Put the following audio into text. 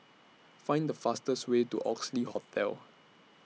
Find The fastest Way to Oxley Hotel